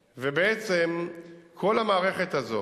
ואת כל מי שתרם להצלחת היום הזה.